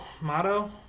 Motto